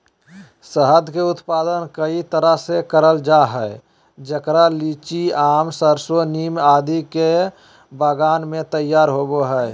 शहद के उत्पादन कई तरह से करल जा हई, जेकरा लीची, आम, सरसो, नीम आदि के बगान मे तैयार होव हई